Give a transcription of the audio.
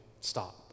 stop